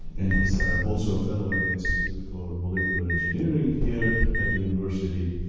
and he's also a fellow at the institute for molecular engineering here at the university.